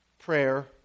prayer